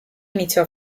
iniziò